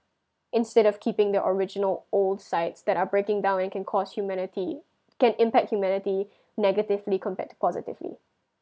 instead of keeping the original old sites that are breaking down and can cause humanity can impact humanity negatively compared to positively